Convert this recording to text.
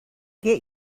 get